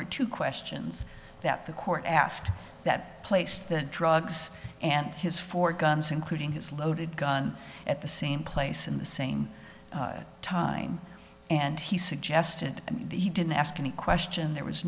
were two questions that the court asked that placed the drugs and his four guns including his loaded gun at the same place in the same time and he suggested that he didn't ask any question there was